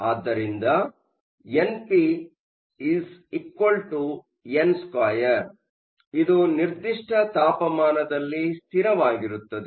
ಆದ್ದರಿಂದ npn2 ಇದು ನಿರ್ದಿಷ್ಟ ತಾಪಮಾನದಲ್ಲಿ ಸ್ಥಿರವಾಗಿರುತ್ತದೆ